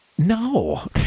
No